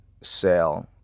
sale